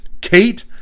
Kate